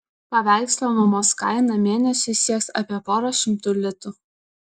paveikslo nuomos kaina mėnesiui sieks apie porą šimtų litų